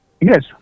Yes